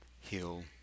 heal